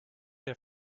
der